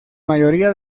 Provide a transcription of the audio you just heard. mayoría